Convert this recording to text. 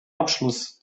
abschluss